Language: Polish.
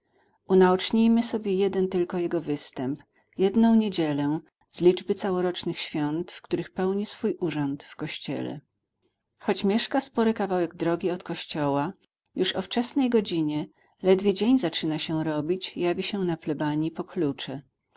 unaocznijmy sobie jeden tylko jego występ jedną niedzielę z liczby całorocznych świąt w których pełni swój urząd w kościele choć mieszka spory kawałek drogi od kościoła już o wczesnej godzinie ledwie dzień zaczyna się robić jawi się na plebanji po klucze